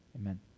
Amen